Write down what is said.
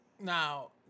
Now